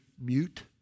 mute